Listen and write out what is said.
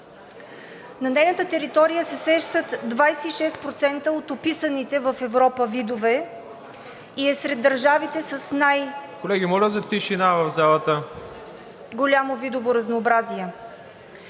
На нейната територия се срещат 26% от описаните в Европа видове и е сред държавите с най-голямо... (Силен